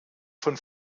von